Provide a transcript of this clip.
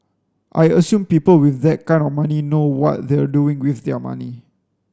I assume people with that kind of money know what they're doing with their money